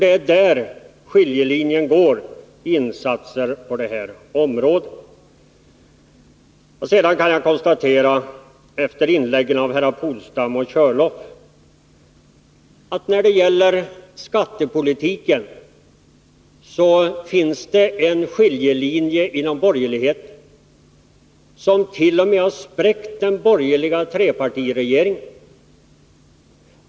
Det är där skiljelinjen går när det gäller olika insatser på detta område. Efter att ha lyssnat till inläggen av herrar Polstam och Körlof kan jag konstatera att det finns en skiljelinje i skattepolitiken inom borgerligheten som t.o.m. har spräckt den borgerliga trepartiregeringen.